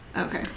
okay